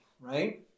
right